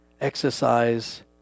Exercise